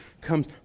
comes